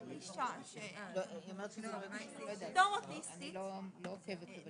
אני אומרת שלא צריך את זה בחוק.